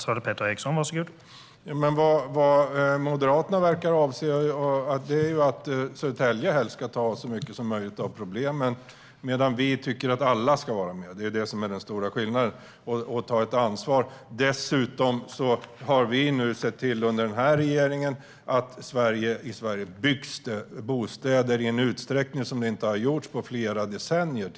Herr talman! Vad Moderaterna verkar avse är att Södertälje helst ska ta så mycket som möjligt av problemen medan vi tycker att alla ska vara med och ta ansvar. Det är det som är den stora skillnaden. Dessutom har vi under den här regeringen sett till att det byggs bostäder i Sverige i en utsträckning som det inte har gjorts på flera decennier.